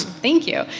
thank you.